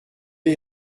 est